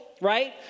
right